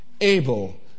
able